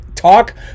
talk